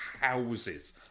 houses